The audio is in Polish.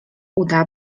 uda